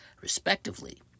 respectively